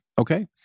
Okay